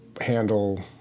handle